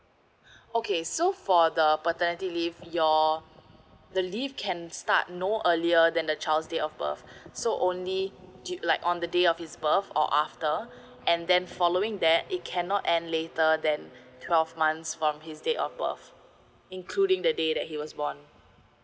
okay so for the paternity leave your the leave can start no earlier than the child's date of birth so only like on the day of his birth or after and then following that it cannot end later than twelve months from his date of birth including the day that he was born